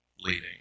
leading